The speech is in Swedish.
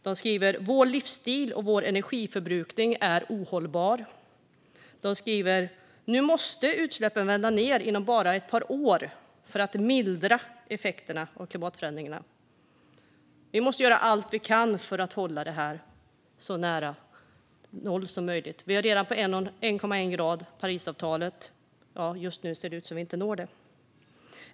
De skriver: Vår livsstil och energiförbrukning är ohållbara. De skriver: Nu måste utsläppen vända ned inom bara ett par år för att mildra effekterna av klimatförändringarna. Vi måste göra allt vi kan för att hålla detta så nära noll som möjligt. Vi är redan på 1,1 grader. Just nu ser det inte ut som att vi når Parisavtalet.